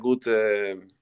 good